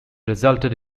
resulted